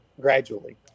gradually